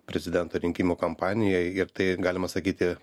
prezidento rinkimų kampanijai ir tai galima sakyti